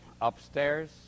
upstairs